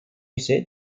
ise